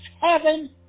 heaven